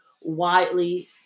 widely